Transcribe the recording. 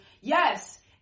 yes